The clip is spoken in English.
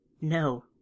No